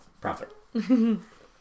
Profit